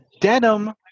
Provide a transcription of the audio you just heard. denim